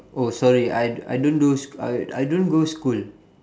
oh sorry I d~ I don't do sch~ I I don't go school